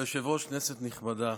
כבוד היושב-ראש, כנסת נכבדה,